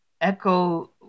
Echo